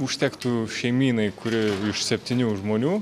užtektų šeimynai kuri iš septynių žmonių